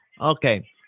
Okay